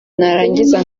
narangiza